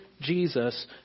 Jesus